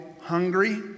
hungry